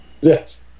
Yes